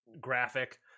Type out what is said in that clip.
Graphic